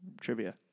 trivia